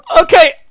Okay